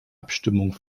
abstimmung